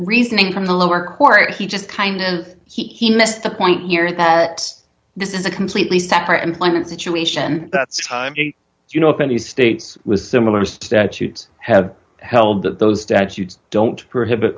reasoning from the lower court he just kind of he missed the point here that this is a completely separate employment situation that's you know if any states with similar statutes have held that those statutes don't prohibit